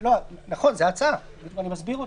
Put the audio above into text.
נכון, זו ההצעה ואני מסביר אותה.